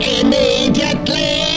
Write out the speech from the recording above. immediately